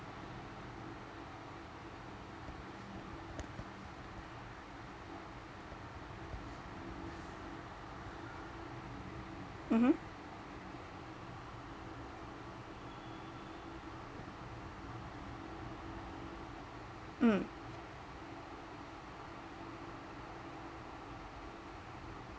mmhmm mm